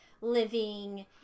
living